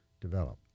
develop